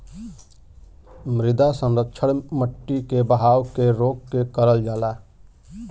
मृदा संरक्षण मट्टी के बहाव के रोक के करल जाला